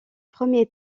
premiers